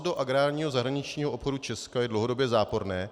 Saldo agrárního zahraničního obchodu Česka je dlouhodobě záporné.